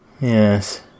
Yes